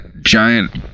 giant